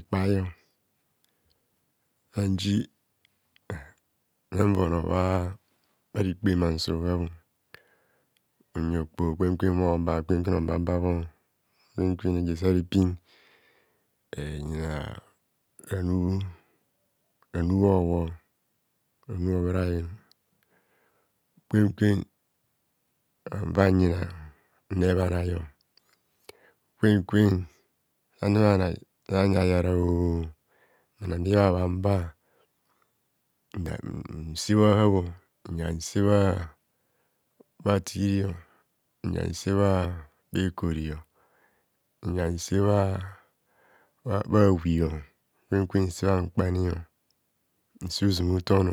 Kpaio sanyi mmanva onor bhaa rikpe mina se ohap unyi okpoho gwen gwen bhoba gwen gwen obababho kwen kwen reje sa rapin mhin yar ranub ranu obho ranu obhorayen kwenkwen fan sanyina nren bhanai kwenkwen san reb bhanai semya ya ra ooo bhanor bhohabhan pa ndan ya nse bha habho nyar nse bha tirio nya sebha horio nya nseba bha wi, kwenkwen nsebha mkpani nse uzumuton,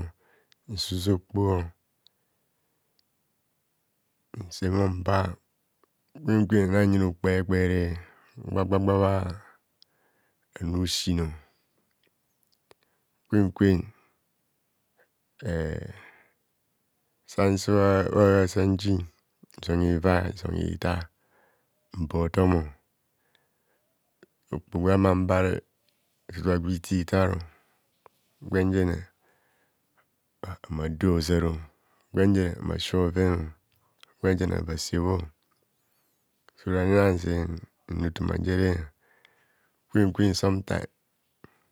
nse bho mba kwen kwen nnayina okpo ekpere gwo gba gba bharanu sin kwen kwen eh san sebha a ahap sanji hizon hiva hizon hitar mpa hotam okpoh gwen humo bar ntotobha gwe itor itaro gwenjen humo ado ozar guenjen ahumo asimovon gwenjen ava ase bhor so rani ere ze mma eta etomajere kwen kwen somtime